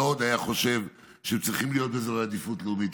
מאוד היה חושב שהם צריכים להיות באזור עדיפות לאומית,